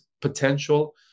potential